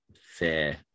fair